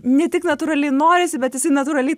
ne tik natūraliai norisi bet jisai natūraliai